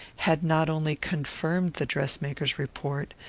had not only confirmed the dress-maker's report,